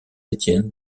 étienne